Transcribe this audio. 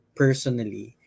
personally